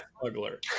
smuggler